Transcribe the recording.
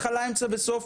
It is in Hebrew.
התחלה אמצע וסוף,